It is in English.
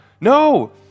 no